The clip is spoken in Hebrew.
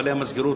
מפעלי המסגרות,